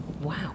Wow